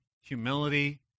humility